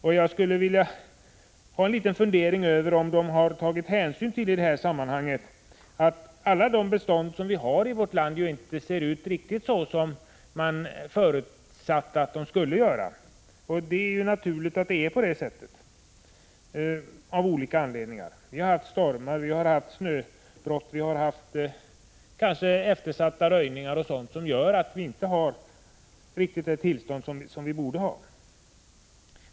Jag kan inte underlåta att fundera över om man t.ex. har tagit hänsyn till att alla bestånd i vårt land av naturliga skäl inte ser ut riktigt så som man förutsatt — vi har haft stormar, snöbrott och kanske eftersatta röjningar och annat.